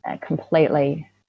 completely